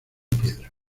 piedra